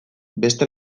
beste